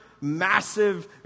massive